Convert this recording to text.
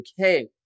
okay